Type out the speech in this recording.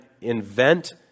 invent